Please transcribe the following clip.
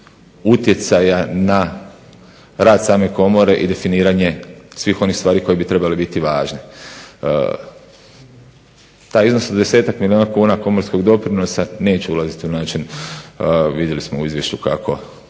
utjecaja na rad same komore i definiranje svih onih stvari koje bi trebale biti važne. Taj iznos od desetak milijuna kuna komorskog doprinosa neće ulaziti u način vidjeli smo u izvješću kako